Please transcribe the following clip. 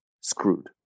screwed